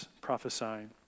prophesying